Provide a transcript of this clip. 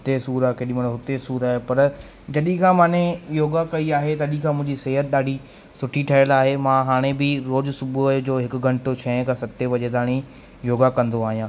हिते सूरु आहे केॾीमहिल हुते सूर आहे पर जॾहिं खां माने योगा कई आहे तॾहिं खां मुंहिंजी सिहत ॾाढी सुठी ठहियलु आहे मां हाणे बि रोज़ु सुबुह जो हिकु घंटो छह खां सते बजे ताईं योगा कंदो आहियां